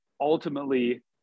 ultimately